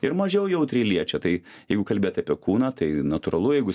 ir mažiau jautriai liečia tai jeigu kalbėti apie kūną tai natūralu jeigu